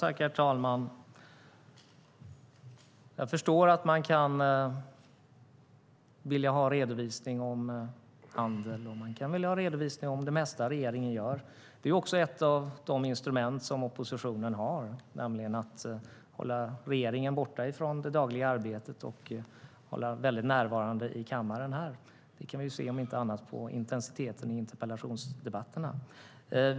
Herr talman! Jag förstår att man kan vilja ha en redovisning av handeln. Man kan vilja ha en redovisning av det mesta regeringen gör. Det är också ett av de instrument som oppositionen har, nämligen att hålla regeringen borta från det dagliga arbetet och vara väldigt närvarande i kammaren här. Det kan vi om inte annat se på intensiteten i interpellationsdebatterna.